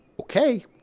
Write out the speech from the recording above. Okay